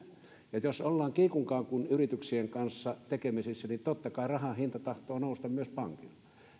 jos ollaan kiikun kaakun yrityksien kanssa tekemisissä niin totta kai rahan hinta tahtoo nousta myös pankilla